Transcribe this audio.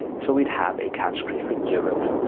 so we'd have a category for europe,